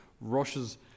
rushes